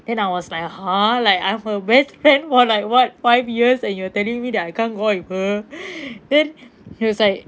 then I was like !huh! like I'm like her best friend for like what five years and you're telling me that I can't go out with her then he was like